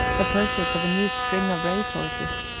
the purchase of a new string of race-horses,